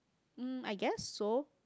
um I guess so